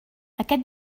aquest